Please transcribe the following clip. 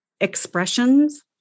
expressions